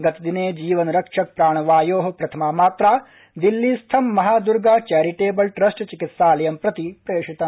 गतदिने जीवनरक्षक प्राणवायो प्रथमा मात्रा दिल्लीस्थं महा दर्गा चैरिटेबलट्रस्ट चिकित्सालयं प्रति प्रेषितम्